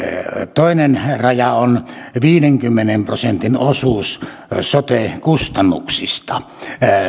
toinen raja on viidenkymmenen prosentin osuus sote kustannuksista